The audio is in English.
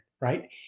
Right